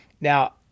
Now